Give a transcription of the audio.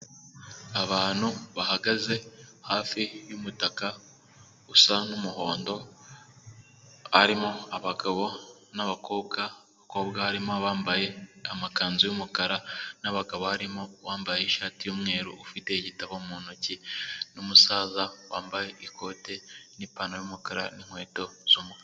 Abantu bahagaze hafi y'umutaka usa nk'umuhondo harimo abagabo nabakobwa, abakobwa barimo bambaye amakanzu y'umukara, n'abagabo harimo uwambaye ishati yumweru ufite igitabo mu ntoki, n'umusaza wambaye ikote n'ipantaro y'umukara, n'inkweto z'umukara.